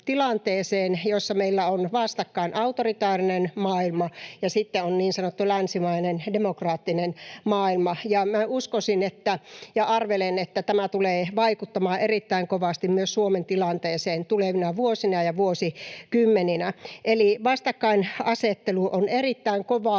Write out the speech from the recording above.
jossa meillä on vastakkain autoritaarinen maailma ja sitten on niin sanottu länsimainen demokraattinen maailma. Minä uskoisin ja arvelen, että tämä tulee vaikuttamaan erittäin kovasti myös Suomen tilanteeseen tulevina vuosina ja vuosikymmeninä. Eli vastakkainasettelu on erittäin kovaa.